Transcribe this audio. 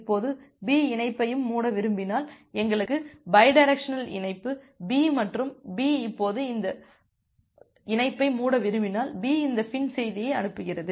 இப்போது B இணைப்பையும் மூட விரும்பினால் எங்களுக்கு பைடைரக்சனல் இணைப்பு B மற்றும் B இப்போது B இந்த இணைப்பை மூட விரும்பினால் B இந்த FIN செய்தியை அனுப்புகிறது